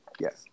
yes